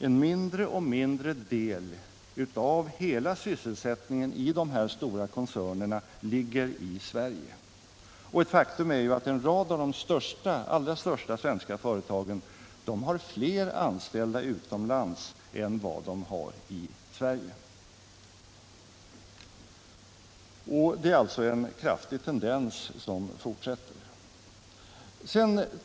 En mindre och mindre del av hela sysselsättningen i de här stora koncernerna ligger i Sverige, och ett faktum är att en rad av de allra största svenska företagen har fler anställda utomlands än de har i Sverige. Det är alltså en kraftig tendens som fortsätter.